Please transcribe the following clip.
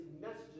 messages